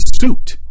suit